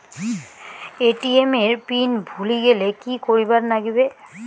ATM এর PIN ভুলি গেলে কি করিবার লাগবে?